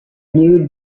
new